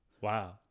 Wow